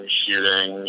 shooting